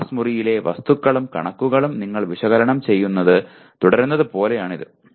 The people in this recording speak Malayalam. ക്ലാസ് മുറിയിലെ വസ്തുതകളും കണക്കുകളും നിങ്ങൾ വിശകലനം ചെയ്യുന്നത് തുടരുന്നതുപോലെയാണ് ഇത്